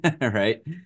right